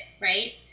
right